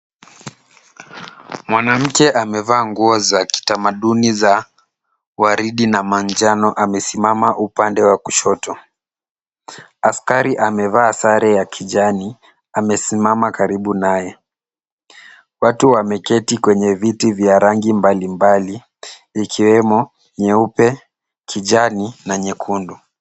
Mwanamke amevaa nguo za kitamaduni za waridi na manjano amesimama upande wa kushoto. Askari amevaa sare ya kijani amesimama karibu naye . Watu wameketi kwenye viti vya rangi mbalimbali vikiwemo nyeupe, kijani na nyekundu.